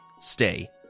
stay